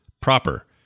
proper